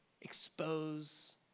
Expose